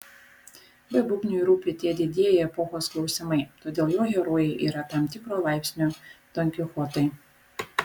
v bubniui rūpi tie didieji epochos klausimai todėl jo herojai yra tam tikro laipsnio donkichotai